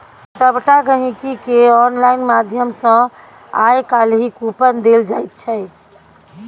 सभटा गहिंकीकेँ आनलाइन माध्यम सँ आय काल्हि कूपन देल जाइत छै